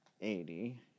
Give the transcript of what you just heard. eighty